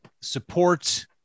support